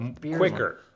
quicker